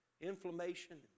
inflammation